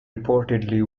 reportedly